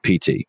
PT